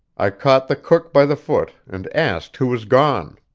i caught the cook by the foot, and asked who was gone.